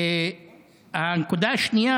2. הנקודה השנייה,